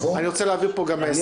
אני רוצה להעביר פה גם מסר.